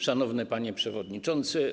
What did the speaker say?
Szanowny Panie Przewodniczący!